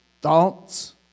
thoughts